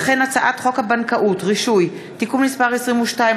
וכן הצעת חוק הבנקאות (רישוי) (תיקון מס' 22),